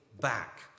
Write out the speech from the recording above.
back